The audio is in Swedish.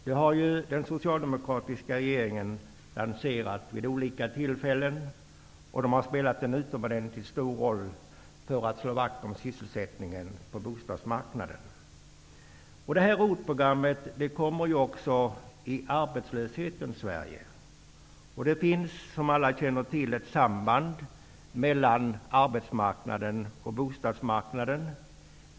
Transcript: Det har den socialdemokratiska regeringen vid olika tillfällen lanserat och det har spelat en utomordentligt stor roll när det gäller att slå vakt om sysselsättningen på bostadsmarknaden. ROT-programmet kommer nu också i arbetslöshetens Sverige. Som alla känner till finns det ett samband mellan arbetsmarknaden och bostadsmarknaden.